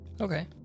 Okay